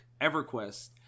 EverQuest